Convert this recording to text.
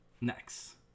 next